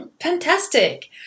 fantastic